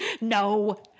No